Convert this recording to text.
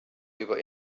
über